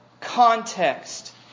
Context